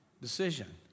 decision